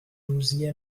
روزی